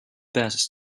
pääses